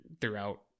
throughout